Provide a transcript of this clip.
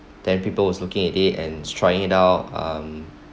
then people was looking at it and trying it out um